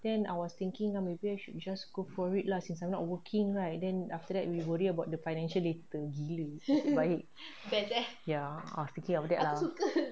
then I was thinking maybe I should just go for it lah since I'm not working right then after that we worried about the financial later gila nasib baik ya I was thinking of that ah